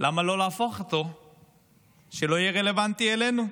למה לא להפוך אותו שיהיה רלוונטי לנו?